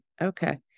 Okay